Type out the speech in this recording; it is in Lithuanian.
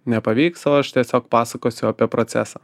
nepavyks o aš tiesiog pasakosiu apie procesą